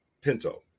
pinto